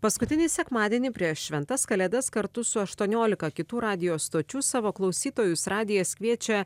paskutinį sekmadienį prieš šventas kalėdas kartu su aštuoniolika kitų radijo stočių savo klausytojus radijas kviečia